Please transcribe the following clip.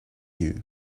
you